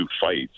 fights